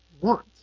want